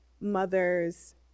mothers